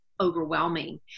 overwhelming